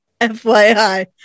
FYI